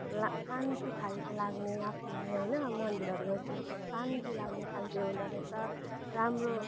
ला शान्ति खालको लाग्ने आफूलाई होइन अब मन्दिरहरू गएपछि कस्तो शान्ति खालको लाग्ने खालको हुँदो रहेछ राम्रो